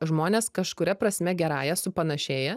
žmonės kažkuria prasme gerąja supanašėja